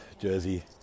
jersey